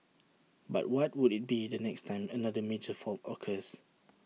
but what would IT be the next time another major fault occurs